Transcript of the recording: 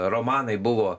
romanai buvo